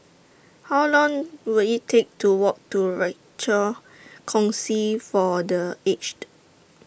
How Long Will IT Take to Walk to Rochor Kongsi For The Aged